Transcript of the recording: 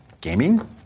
gaming